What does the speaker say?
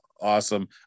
awesome